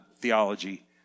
theology